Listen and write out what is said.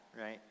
right